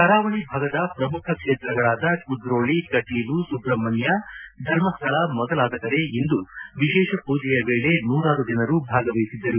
ಕರಾವಳಿ ಭಾಗದ ಪ್ರಮುಖ ಕ್ಷೇತ್ರಗಳಾದ ಕುದ್ರೋಳಿ ಕಟೀಲು ಸುಬ್ರಹಣ್ಯ ಧರ್ಮಸ್ಥಳ ಮೊದಲಾದ ಕಡೆ ಇಂದು ವಿಶೇಷ ಪೂಜೆಯ ವೇಳೆ ನೂರಾರು ಜನರು ಭಾಗವಹಿಸಿದ್ದರು